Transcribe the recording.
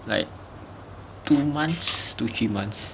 like two months two three months